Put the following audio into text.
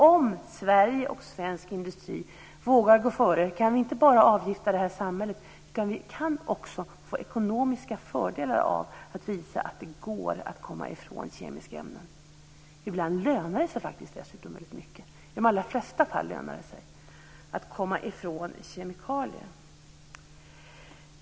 Om Sverige och svensk industri vågar gå före kan vi inte bara avgifta det här samhället, utan vi kan också få ekonomiska fördelar av att visa att det går att komma ifrån kemiska ämnen. Ibland lönar det sig faktiskt dessutom rätt mycket. I de allra flesta fall lönar det sig att komma ifrån kemikalier.